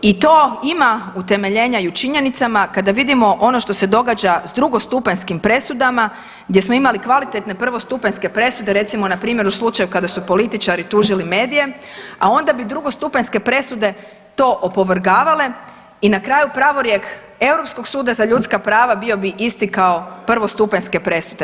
I to ima utemeljenja i u činjenicama kada vidimo ono što se događa s drugostupanjskim presudama gdje smo imali kvalitetne prvostupanjske presude recimo npr. u slučaju kada su političari tužili medije, a onda bi drugostupanjske presude to opovrgavale i na kraju pravorijek Europskog suda za ljudska prava bio bi isti kao prvostupanjske presude.